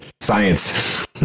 Science